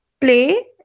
play